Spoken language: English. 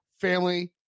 family